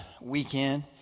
weekend